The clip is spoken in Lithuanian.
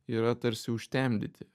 yra tarsi užtemdyti